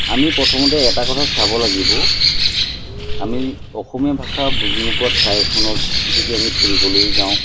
আমি প্ৰথমতে এটা কথা চাব লাগিব আমি অসমীয়া ভাষা বুজি নোপোৱা ঠাই এখনত যদি আমি ফুৰিবলৈ যাওঁ